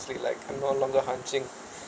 actually like no longer hunching